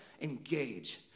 engage